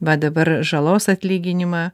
va dabar žalos atlyginimą